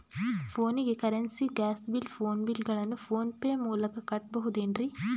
ಫೋನಿಗೆ currency, gas bill, phone bill ಗಳನ್ನು PhonePe ಮೂಲಕ ಕಟ್ಟಬಹುದೇನ್ರಿ?